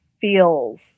feels